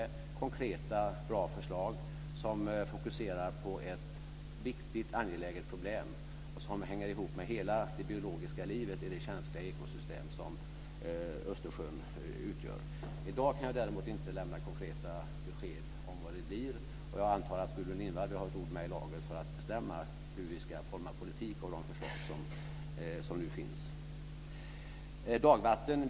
Det är konkreta och bra förslag som fokuserar på ett angeläget problem och som hänger ihop med hela det biologiska livet i det känsliga ekosystem som Östersjön utgör. I dag kan jag däremot inte lämna konkreta besked om vad det blir. Jag antar att Gudrun Lindvall vill ha ett ord med i laget för att bestämma hur vi ska utforma en politik på grundval av de förslag som nu finns.